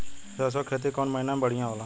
सरसों के खेती कौन महीना में बढ़िया होला?